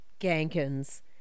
Gankins